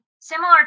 Similar